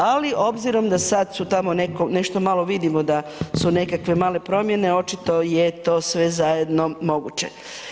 Ali obzirom da sad su tamo nešto malo vidimo da su nekakve male promjene, očito je to sve zajedno moguće.